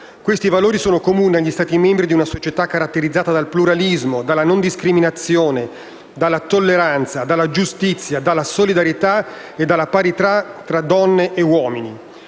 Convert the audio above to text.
Questi valori sono comuni agli Stati membri in una società caratterizzata dal pluralismo, dalla non discriminazione, dalla tolleranza, dalla giustizia, dalla solidarietà e dalla parità tra donne e uomini».